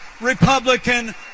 Republican